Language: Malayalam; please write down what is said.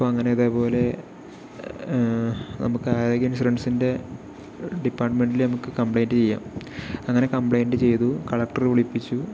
അപ്പോൾ അങ്ങനെ അതേപോലെ നമുക്ക് ആരോഗ്യ ഇൻഷുറൻസിൻ്റെ ഡിപ്പാർട്ട്മെന്റിൽ നമുക്ക് കംപ്ലൈന്റ്റ് ചെയ്യാം അങ്ങനെ കംപ്ലൈന്റ്റ് ചെയ്തു കളക്ടർ വിളിപ്പിച്ചു